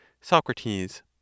Socrates